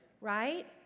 right